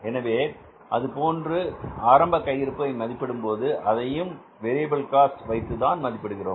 எனவே அதேபோன்று ஆரம்ப கையிருப்பை மதிப்பிடும் போது அதையும் வேரியபில் காஸ்ட் வைத்துதான் மதிப்பிடுகிறோம்